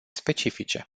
specifice